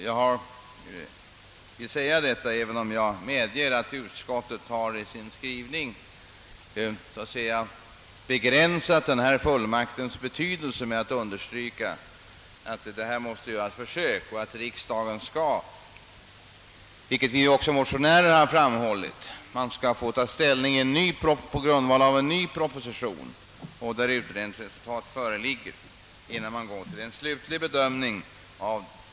Jag vill framhålla detta, även om jag medger att utskottet i sin skrivning har begränsat fullmaktens omfattning genom att understryka att försök måste göras och att riksdagen, vilket också vi motionärer framhållit, skall få ta ställning till frågan på grundval av en ny proposition, i vilken utredningsresultat föreligger, innan en slutlig bedömning göres.